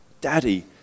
Daddy